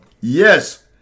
Yes